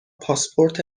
پاسپورت